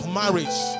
marriage